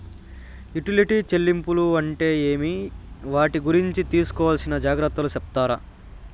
Utility చెల్లింపులు అంటే ఏమి? వాటి గురించి తీసుకోవాల్సిన జాగ్రత్తలు సెప్తారా?